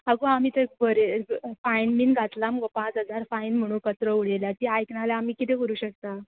आगो आमी तें बरे फायन बीन घातलां मुगो पांच हजार फायन म्हुणू कचरो उडयल्या तीं आयकना आल्या आमी किदें करूं शकता